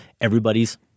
everybody's